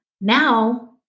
Now